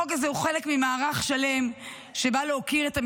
החוק הזה הוא חלק ממערך שלם שבא להוקיר את המשרתים,